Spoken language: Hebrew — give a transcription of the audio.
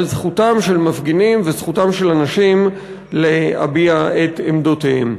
על זכותם של מפגינים וזכותם של אנשים להביע את עמדותיהם.